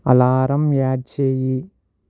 alarm add చేయి